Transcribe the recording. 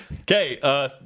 Okay